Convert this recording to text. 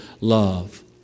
love